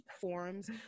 forums